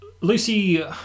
Lucy